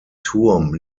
turm